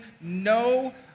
no